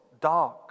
dark